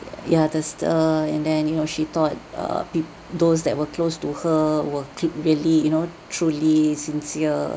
ya that's err and then you know she thought uh peo~ those that were close to her will click really you know truly sincere